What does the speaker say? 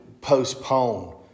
postpone